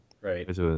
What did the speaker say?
right